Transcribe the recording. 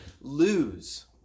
lose